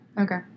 Okay